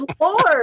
lord